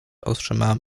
otrzymałem